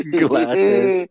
glasses